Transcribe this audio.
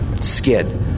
Skid